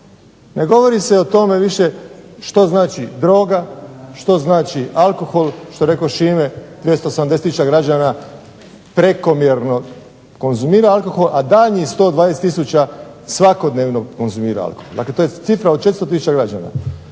ne govori se više o tome što znači droga, što znači alkohol, što reko Šime 280 tisuća građana prekomjerno konzumira alkohol, a daljnjih 120 tisuća svakodnevno konzumira alkohol. Dakle, to je cifra od 400 tisuća građana.